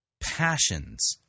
passions